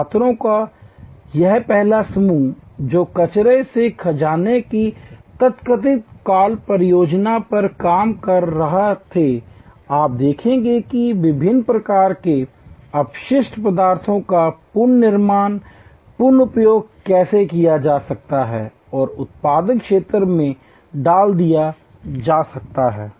छात्रों का यह पहला समूह जो कचरा से खजाने की तथाकथित कॉल परियोजना पर काम कर रहे थे आप देखेंगे कि विभिन्न प्रकार के अपशिष्ट पदार्थों का पुन उपयोग कैसे किया जा सकता है और उत्पादक क्षेत्र में डाल दिया जा सकता है